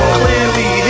clearly